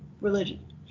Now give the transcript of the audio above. religion